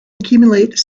accumulate